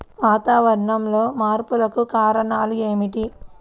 వాతావరణంలో మార్పులకు కారణాలు ఏమిటి?